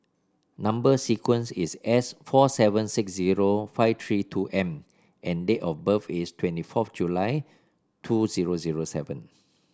number sequence is S four seven six zero five three two M and date of birth is twenty fourth January two zero zero seven